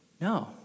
No